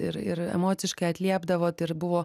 ir ir emociškai atliepdavot ir buvo